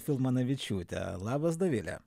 filmanavičiūta labas dovile